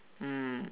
mm